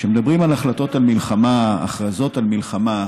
כשמדברים על החלטות על מלחמה, הכרזות על מלחמה,